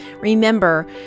Remember